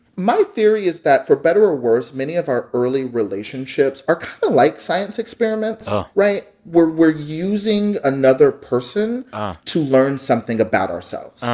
my theory is that for better or worse, many of our early relationships are kind of like science experiments right? where we're using another person to learn something about ourselves.